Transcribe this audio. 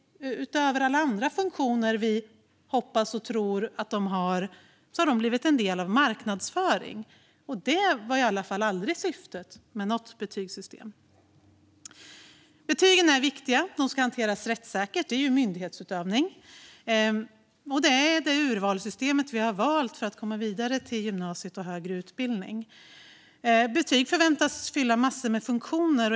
Utöver alla funktioner vi hoppas och tror att betygen har, har de blivit en del av marknadsföring, och detta var i alla fall aldrig syftet med något betygssystem. Betygen är viktiga. De ska hanteras rättssäkert; de är ju myndighetsutövning. De är det urvalssystem vi har valt för vägen vidare till gymnasiet och högre utbildning. Betyg förväntas fylla massor av funktioner.